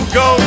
go